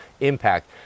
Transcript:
impact